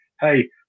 hey